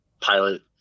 pilot